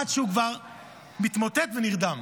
עד שהוא כבר מתמוטט ונרדם.